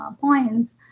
points